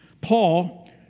Paul